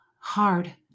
hard